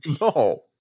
No